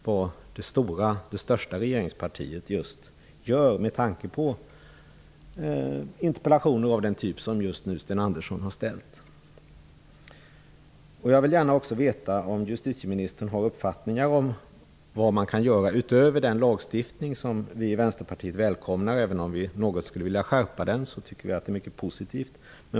Vad det största regeringspartiet gör är väsentligt, med tanke på interpellationer av den typ som Sten Andersson nu har ställt. Jag vill också gärna veta om justitieministern har någon uppfattning om vad man kan göra utöver den lagstiftning som det här gäller och som vi i Vänsterpartiet välkomnar. Även om vi skulle vilja skärpa lagstiftningen något tycker vi att det är mycket positivt.